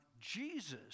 Jesus